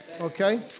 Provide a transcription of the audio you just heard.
okay